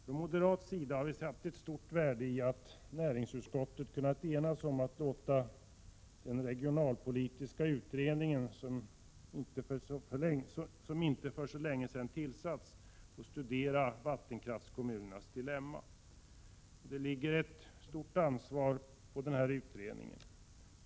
Från moderat sida har vi satt ett stort värde på att näringsutskottet har kunnat enas om att låta den regionalpolitiska utredningen som för inte så länge sedan har tillsatts få studera vattenkraftskommunernas dilemma. Det ligger ett stort ansvar på utredningen.